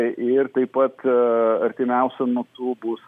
ir taip pat artimiausiu metu bus